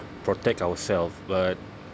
protect ourself but